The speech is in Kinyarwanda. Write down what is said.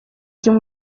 gihe